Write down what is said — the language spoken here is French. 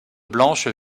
blanches